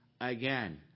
again